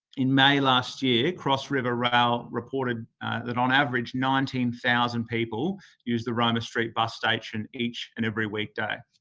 in may last year, cross-river rail reported that, on average, nineteen thousand people used the roma street bus station each and every weekday.